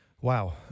Wow